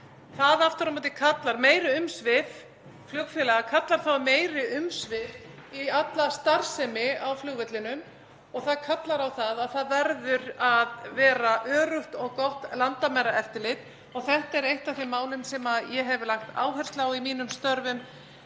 að bera ferðamenn þangað. Meiri umsvif flugfélaga kalla þá á meiri umsvif í alla starfsemi á flugvellinum og það kallar á að það verður að vera öruggt og gott landamæraeftirlit. Þetta er eitt af þeim málum sem ég hef lagt áherslu á í mínum störfum,